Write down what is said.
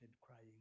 crying